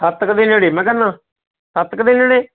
ਸੱਤ ਕੁ ਦੇ ਨੇੜੇ ਮੈਂ ਕਹਿੰਦਾ ਸੱਤ ਕੁ ਦੇ ਨੇੜੇ